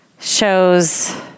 Shows